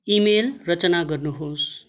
email रचना गर्नुहोस्